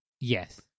Yes